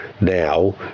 now